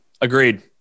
Agreed